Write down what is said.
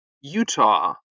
Utah